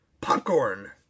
Popcorn